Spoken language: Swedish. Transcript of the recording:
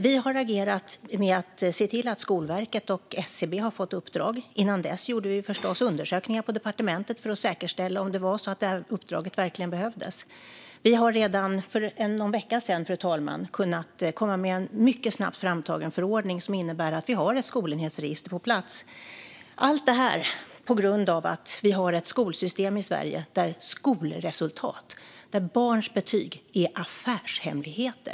Vi har agerat genom att se till att Skolverket och SCB har fått uppdrag. Innan dess gjorde vi förstås undersökningar på departementet för att säkerställa att det här uppdraget verkligen behövdes. Vi har redan för någon vecka sedan, fru talman, kunnat komma med en mycket snabbt framtagen förordning som innebär att vi har ett skolenhetsregister på plats - allt det här på grund av att vi har ett skolsystem i Sverige där skolresultat, barns betyg, är affärshemligheter.